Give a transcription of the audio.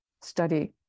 study